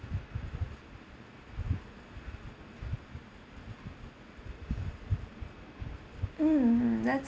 mm mm that's